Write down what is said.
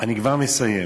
אני כבר מסיים.